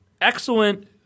excellent